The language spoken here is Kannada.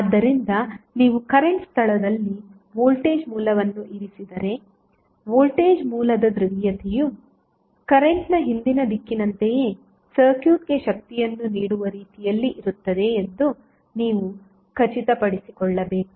ಆದ್ದರಿಂದ ನೀವು ಕರೆಂಟ್ ಸ್ಥಳದಲ್ಲಿ ವೋಲ್ಟೇಜ್ ಮೂಲವನ್ನು ಇರಿಸಿದರೆ ವೋಲ್ಟೇಜ್ ಮೂಲದ ಧ್ರುವೀಯತೆಯು ಕರೆಂಟ್ನ ಹಿಂದಿನ ದಿಕ್ಕಿನಂತೆಯೇ ಸರ್ಕ್ಯೂಟ್ಗೆ ಶಕ್ತಿಯನ್ನು ನೀಡುವ ರೀತಿಯಲ್ಲಿ ಇರುತ್ತದೆ ಎಂದು ನೀವು ಖಚಿತಪಡಿಸಿಕೊಳ್ಳಬೇಕು